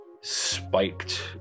spiked